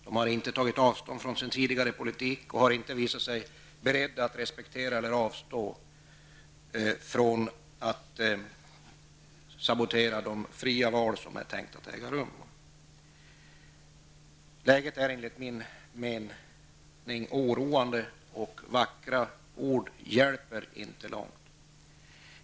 De har inte tagit avstånd från sin tidigare politik och har inte visat sig beredda att avstå ifrån att sabotera de fria val som är tänkta att äga rum. Läget är enligt min mening oroande, och vackra ord hjälper inte långt.